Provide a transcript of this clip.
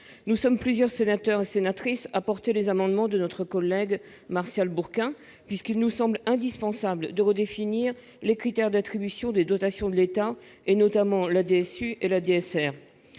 Nous sommes plusieurs sénateurs et sénatrices à porter les amendements de notre collègue Martial Bourquin. Il nous semble indispensable en effet de redéfinir les critères d'attribution des dotations de l'État, notamment la DSU et la DSR.